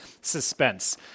suspense